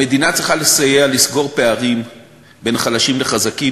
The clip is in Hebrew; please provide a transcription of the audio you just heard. המדינה צריכה לסייע לסגור פערים בין חלשים לחזקים,